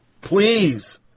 please